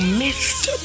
missed